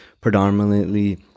predominantly